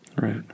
Right